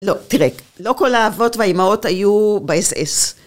לא, תראה, לא כל האבות והאימהות היו ב-SS.